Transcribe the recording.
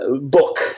book